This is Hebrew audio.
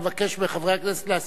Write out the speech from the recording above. אני מבקש להזכיר